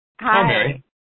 Hi